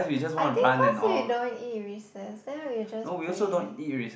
I think cause we don't eat recess then we'll just play